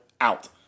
out